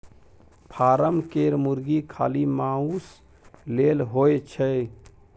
form केर मुरगी खाली माउस लेल होए छै